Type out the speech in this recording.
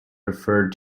referred